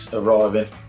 arriving